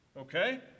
okay